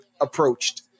approached